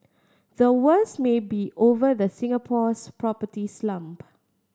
the worst may be over the Singapore's property slump